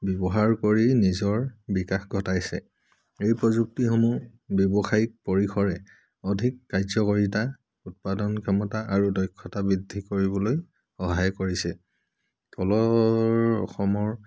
ব্যৱহাৰ কৰি নিজৰ বিকাশ ঘটাইছে এই প্ৰযুক্তিসমূহ ব্যৱসায়িক পৰিসৰে অধিক কাৰ্যকাৰিতা উৎপাদন ক্ষমতা আৰু দক্ষতা বৃদ্ধি কৰিবলৈ সহায় কৰিছে তলৰ অসমৰ